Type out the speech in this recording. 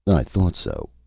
i thought so.